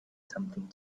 something